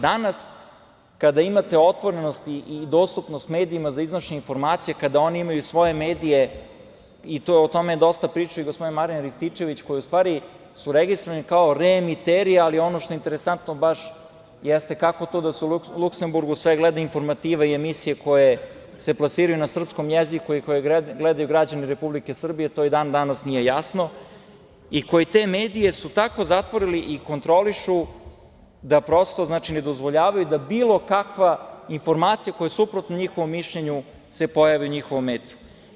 Danas kada imate otvorenost i dostupnost medijima za iznošenje informacija, kada oni imaju svoje medije, o tome je dosta pričao i gospodin Marijan Rističević, koji su u stvari registrovani kao reemiteri, ali ono što je interesantno baš jeste kako to da se u Luksemburgu sve gleda informativa i emisije koje se plasiraju na srpskom jeziku i koje gledaju građani Republike Srbije, to i dan danas nije jasno, i koji su te medije tako zatvorili i kontrolišu da prosto ne dozvoljavaju da bilo kakva informacija koja je suprotna njihovom mišljenju se pojavi u njihovom etru.